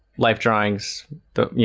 life drawings though, you